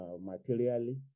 materially